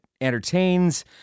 entertains